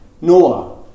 Noah